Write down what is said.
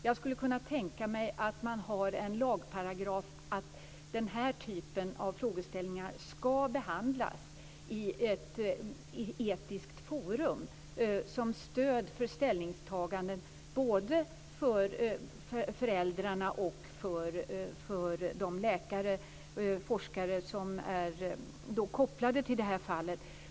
Jag skulle kunna tänka mig en lagparagraf om att den här typen av frågeställningar skall behandlas i ett etiskt forum som stöd för ställningstaganden både av föräldrarna och av de läkare och forskare som är kopplade till fallet.